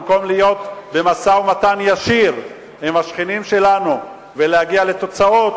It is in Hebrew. במקום להיות במשא-ומתן ישיר עם השכנים שלנו ולהגיע לתוצאות,